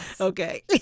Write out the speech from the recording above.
Okay